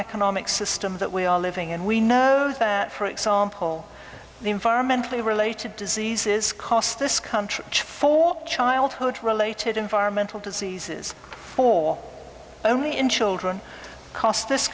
economic system that we are living in we know that for example the environmentally related diseases cost this country for childhood related environmental diseases for only in children cost this